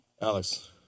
Alex